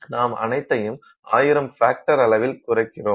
நாம் அனைத்தையும் 1000 பேஃட்டர் அளவில் குறைக்கிறோம்